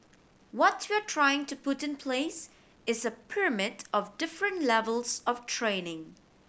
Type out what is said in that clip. what we're trying to put in place is a pyramid of different levels of training